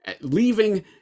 leaving